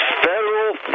federal